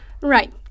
Right